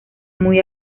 muy